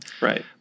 Right